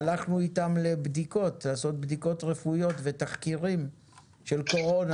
הלכנו איתם לעשות בדיקות רפואיות ותחקירים של קורונה,